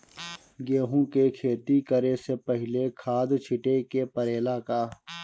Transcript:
गेहू के खेती करे से पहिले खाद छिटे के परेला का?